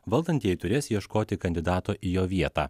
valdantieji turės ieškoti kandidato į jo vietą